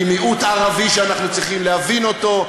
עם מיעוט ערבי שאנחנו צריכים להבין אותו,